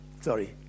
Sorry